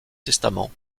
testament